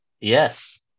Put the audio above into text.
Yes